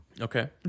Okay